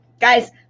guys